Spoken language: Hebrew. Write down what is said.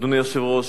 אדוני היושב-ראש,